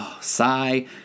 sigh